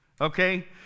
Okay